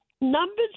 numbers